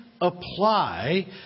apply